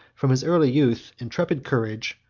from his early youth, intrepid courage,